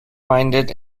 minded